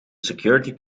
security